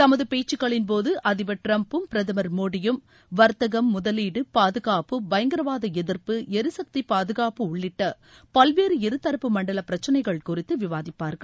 தமது பேச்சுக்களின்போது அதிபர் டிரம்ப்பும் பிரதமர் மோடியும் வர்த்தகம் முதலீடு பாதுகாப்பு பயங்கரவாத எதிர்ப்பு எரிசக்தி பாதுகாப்பு உள்ளிட்ட பல்வேறு இருதரப்பு மண்டல பிரச்சினைகள் குறித்து விவாதிப்பார்கள்